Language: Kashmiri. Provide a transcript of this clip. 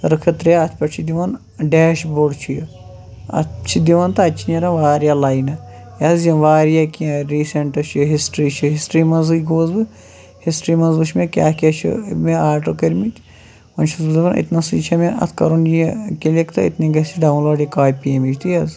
رٕکھٕ ترٛےٚ اَتھ پٮ۪ٹھ چھِ دِوان ڈیش بوٚڈ چھُ یہِ اَتھ چھِ دِوان تہٕ اَتہِ چھِ نیران واریاہ لاینہٕ یہِ حظ یِم واریاہ کیٚنٛہہ ریٖسٮ۪نٛٹ چھِ یا ہِسٹرٛی چھِ ہِسٹرٛی منٛزٕے گوس بہٕ ہِسٹرٛی منٛز وٕچھ مےٚ کیٛاہ کیٛاہ چھِ مےٚ آرڈَر کٔرۍمٕتۍ وۄنۍ چھُس بہٕ دَپان أتۍنَسٕے چھےٚ مےٚ اَتھ کَرُن یہِ کِلِک تہِ أتۍنٕے گژھِ یہِ ڈاوُن لوڈ یہِ کاپی اَمِچ تی حظ